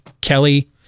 Kelly